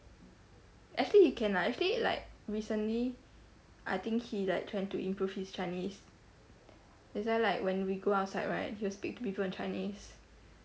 actually he can ah actually like recently I think he like trying to improve his chinese that's why like when we go outside right he'll speak to people in chinese